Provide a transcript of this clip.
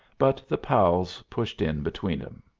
but the pals pushed in between em.